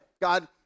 God